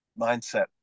mindset